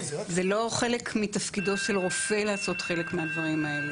זה לא חלק מתפקידו של רופא לעשות חלק מהדברים האלה.